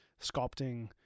sculpting